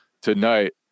tonight